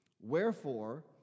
Wherefore